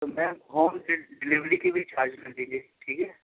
تو ma'am home delivery کی بھی چارجز لگیں گے ٹھیک ہے